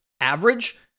average